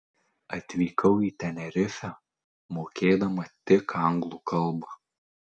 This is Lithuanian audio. atvykau į tenerifę mokėdama tik anglų kalbą